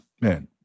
man